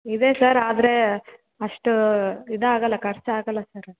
ಇದೆ ಸರ್ ಆದರೆ ಅಷ್ಟು ಇದಾಗಲ್ಲ ಖರ್ಚು ಆಗಲ್ಲ ಸರ್